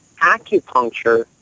acupuncture